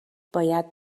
باید